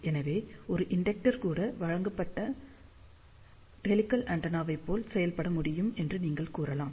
எனவே ஒரு இண்டெக்டர் கூட வழங்கப்பட்ட ஹெலிகல் ஆண்டெனா போல் செயல்பட முடியும் என்று நீங்கள் கூறலாம்